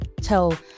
tell